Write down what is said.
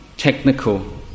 technical